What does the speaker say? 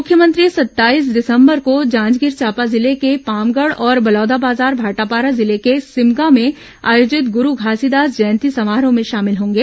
मुख्यमंत्री सत्ताईस दिसंबर को जांजगीर चांपा जिले के पामगढ़ और बलौदाबाजार भाटापारा जिले को सिमगा में आयोजित गुरू घासीदास जयंती समारोह में शामिल होंगे